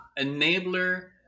Enabler